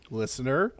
listener